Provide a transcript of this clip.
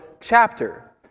chapter